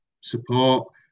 support